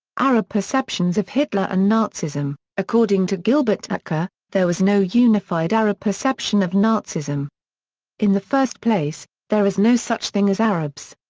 arab perceptions of hitler and nazism according to gilbert achcar, there was no unified arab perception of nazism in the first place, there is no such thing as arabs.